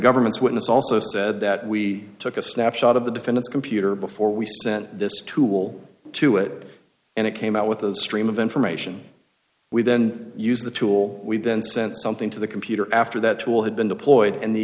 government's witness also said that we took a snapshot of the defendant's computer before we sent this tool to it and it came out with the stream of information we then use the tool we then sent something to the computer after that tool had been deployed and the